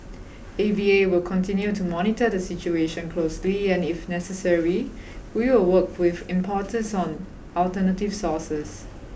A V A will continue to monitor the situation closely and if necessary we will work with importers on alternative sources